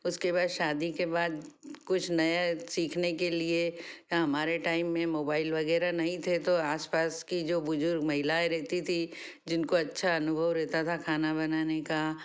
उसके बाद शादी के बाद कुछ नया सीखने के लिए हाँ हमारे टाइम में मोबाइल वगैरह नहीं थे तो आस पास की जो बुजुर्ग महिलाएँ रहती थीं जिनको अच्छा अनुभव रहता था खाना बनाने का